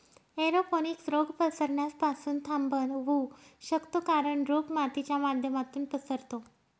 aeroponics रोग पसरण्यास पासून थांबवू शकतो कारण, रोग मातीच्या माध्यमातून पसरतो